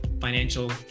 financial